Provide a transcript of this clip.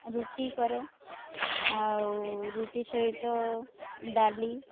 ରୁଟି କରେ ଆଉ ରୁଟି ସହିତ ଡାଲି